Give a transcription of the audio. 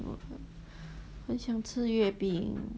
很想吃月饼